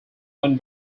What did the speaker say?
went